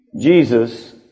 Jesus